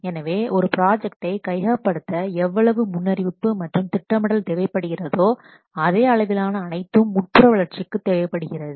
எனவே ஒரு ப்ராஜக்டை கையகப்படுத்த எவ்வளவு முன்னறிவிப்பு மற்றும் திட்டமிடல் தேவைப்படுகிறதோ அதே அளவிலான அனைத்தும் உட்புற வளர்ச்சிக்கு தேவைப்படுகிறது